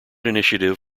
initiative